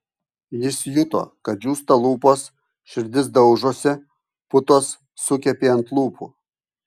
jis juto kad džiūsta lūpos širdis daužosi putos sukepė ant lūpų